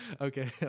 Okay